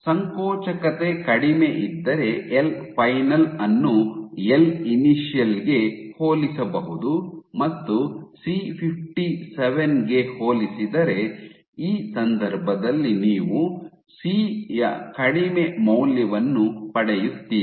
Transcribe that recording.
ಸಂಕೋಚಕತೆ ಕಡಿಮೆಯಿದ್ದರೆ L final ಅನ್ನು L ಇನಿಶಿಯಲ್ಗೆ ಹೋಲಿಸಬಹುದು ಮತ್ತು C57 ಗೆ ಹೋಲಿಸಿದರೆ ಈ ಸಂದರ್ಭದಲ್ಲಿ ನೀವು ಸಿ ಯ ಕಡಿಮೆ ಮೌಲ್ಯವನ್ನು ಪಡೆಯುತ್ತೀರಿ